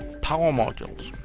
power modules.